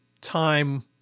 time